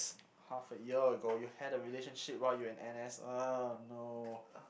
half a year ago you had a relationship while you in N_S uh no